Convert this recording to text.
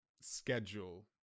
schedule